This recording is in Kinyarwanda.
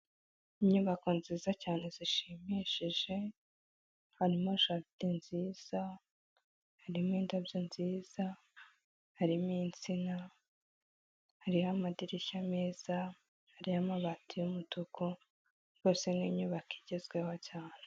Inyubako nziza cyane zishimishije, harimo jaride nziza, harimo indabyo nziza, harimo itsina, hariho amadirishya meza, hariho amabati y'umutuku. Rwose ni inyubako igezweho cyane.